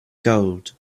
gold